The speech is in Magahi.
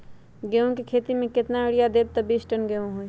गेंहू क खेती म केतना यूरिया देब त बिस टन गेहूं होई?